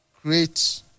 create